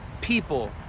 People